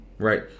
Right